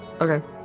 okay